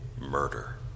murder